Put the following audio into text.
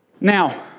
Now